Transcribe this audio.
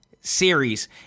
series